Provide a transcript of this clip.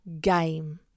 game